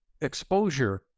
exposure